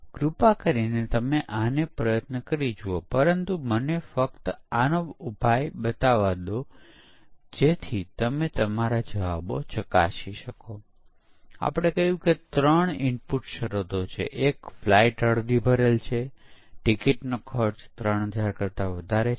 પરંતુ વ્યવહારિક પરિસ્થિતિમાં આપણને વિવિધ તબક્કાઓની ઓવરલેપિંગની જરૂર હોય છે જે તાજેતરની પદ્ધતિઓ જેવી કે એજઇલ પ્રોગ્રામિંગ માં હોય છે